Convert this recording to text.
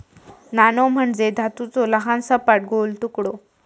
नाणो म्हणजे धातूचो लहान, सपाट, गोल तुकडो